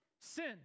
sin